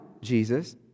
Jesus